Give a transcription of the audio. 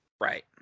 Right